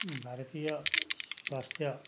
भारतीय स्वास्थ्य